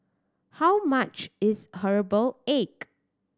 how much is herbal egg